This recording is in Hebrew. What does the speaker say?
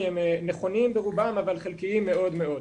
הם נכונים ברובם אבל חלקיים מאוד מאוד.